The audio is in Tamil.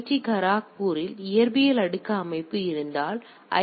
டி கரக்பூரில் இயற்பியல் அடுக்கு அமைப்பு இருந்தால் எனவே இது ஐ